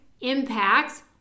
impacts